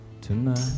tonight